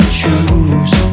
choose